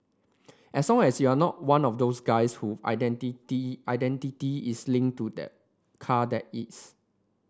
as long as you're not one of those guys whose identity identity is linked to the car that is